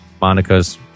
Monica's